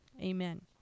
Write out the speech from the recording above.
Amen